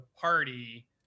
party